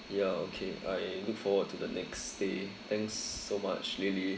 ya okay I look forward to the next day thanks so much lily